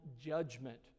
judgment